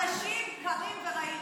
אנשים קרים ורעים.